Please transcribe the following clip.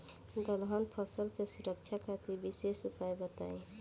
दलहन फसल के सुरक्षा खातिर विशेष उपाय बताई?